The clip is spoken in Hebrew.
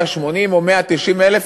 180,000 או 190,000,